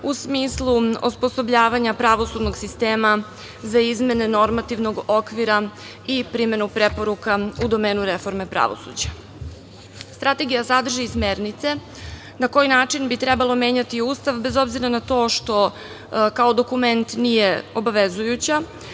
u smislu osposobljavanja pravosudnog sistema za izmene normativnog okvira i primenu preporuka u domenu reforme pravosuđa. Strategija sadrži i smernice na koji način bi trebalo menjati i Ustav, bez obzira na to što kao dokument nije obavezujuća.